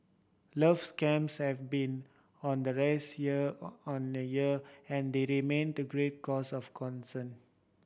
love scams have been on the rise year on the year and they remain to great cause of concern